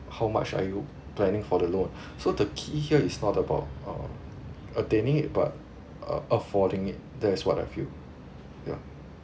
how much are you planning for the loan so the key here is not about um attaining it but uh affording it that's what I feel ya